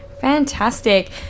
Fantastic